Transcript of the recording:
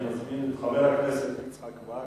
אני מזמין את חבר הכנסת יצחק וקנין,